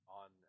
on